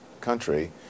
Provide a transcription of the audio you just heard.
country